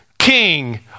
king